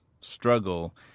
struggle